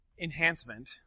Enhancement